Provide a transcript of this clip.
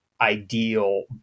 ideal